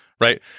right